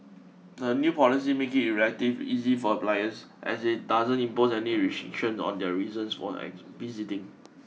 the new policy makes it relatively easy for applicants as it doesn't impose any restrictions on their reasons for visiting